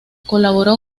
colaboró